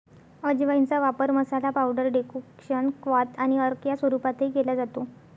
अजवाइनचा वापर masala, powder, decoction, क्वाथ आणि अर्क या स्वरूपातही केला जातो